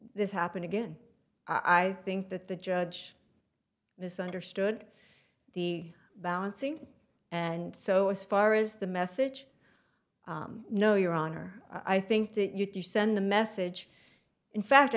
this happen again i think that the judge misunderstood the balancing and so as far as the message no your honor i think that you do send the message in fact